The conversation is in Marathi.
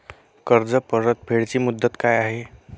कर्ज परतफेड ची मुदत काय आहे?